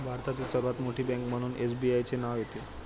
भारतातील सर्वात मोठी बँक म्हणून एसबीआयचे नाव येते